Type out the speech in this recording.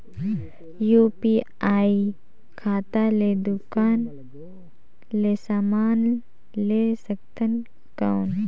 UPI खाता ले दुकान ले समान ले सकथन कौन?